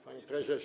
Pani Prezes!